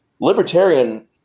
libertarian